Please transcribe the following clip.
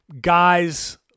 guys